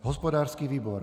Hospodářský výbor.